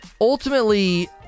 Ultimately